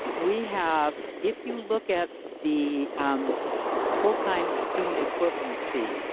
we have, if you look at the full time student equivalency,